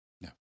No